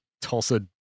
Tulsa